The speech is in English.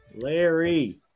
Larry